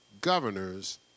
governors